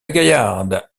gaillarde